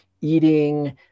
eating